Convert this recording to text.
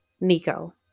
Nico